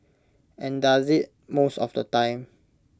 and does IT most of the time